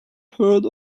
heard